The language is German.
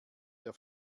der